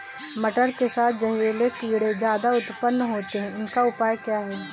मटर के साथ जहरीले कीड़े ज्यादा उत्पन्न होते हैं इनका उपाय क्या है?